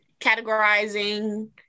categorizing